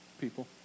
people